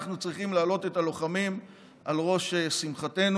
אנחנו צריכים להעלות את הלוחמים על ראש שמחתנו.